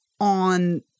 on